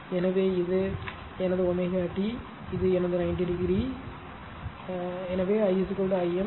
எனவே இது எனது ω t இது எனது 90 டிகிரி I I m